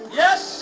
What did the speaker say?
yes